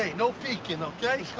ah no peeking, okay?